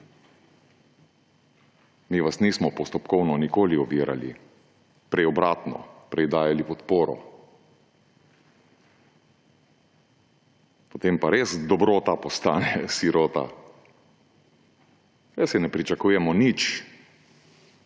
Mi vas nismo postopkovno nikoli ovirali, prej obratno, prej dajali podporo. Potem pa res dobrota postane sirota. Saj ne pričakujem nič,